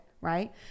right